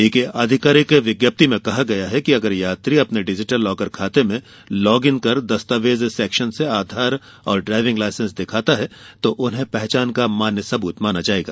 एक आधिकारिक विज्ञप्ति में कहा गया है कि अगर यात्री अपने डिजी लॉकर खाते में लॉग इन कर दस्तारवेज सेक्शन से आधार और ड्राइविंग लाईसेंस दिखाता है तो उन्हें पहचान का मान्य सबूत माना जाएगा